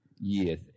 Yes